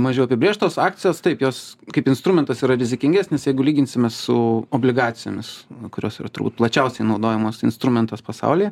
mažiau apibrėžtos akcijos taip jos kaip instrumentas yra rizikingesnis jeigu lyginsime su obligacijomis kurios yra turbūt plačiausiai naudojamas instrumentas pasaulyje